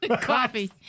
Coffee